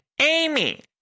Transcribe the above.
Amy